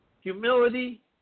humility